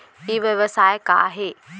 ई व्यवसाय का हे?